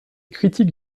critique